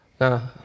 Nah